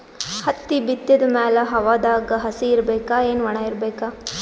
ಹತ್ತಿ ಬಿತ್ತದ ಮ್ಯಾಲ ಹವಾದಾಗ ಹಸಿ ಇರಬೇಕಾ, ಏನ್ ಒಣಇರಬೇಕ?